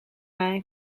mij